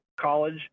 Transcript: college